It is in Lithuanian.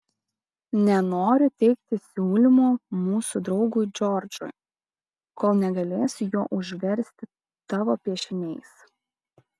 nenoriu teikti siūlymo mūsų draugui džordžui kol negalėsiu jo užversti tavo piešiniais